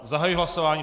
Zahajuji hlasování.